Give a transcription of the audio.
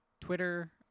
Twitter